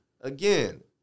again